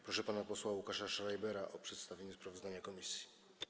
Proszę pana posła Łukasza Schreibera o przedstawienie sprawozdania komisji.